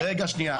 שנייה,